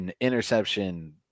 interception